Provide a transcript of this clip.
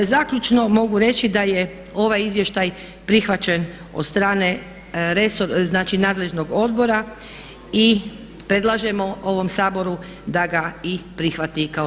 Zaključno mogu reći da je ovaj izvještaj prihvaćen od strane, znači nadležnog odbora i predlažemo ovom Saboru da ga i prihvati kao takvog.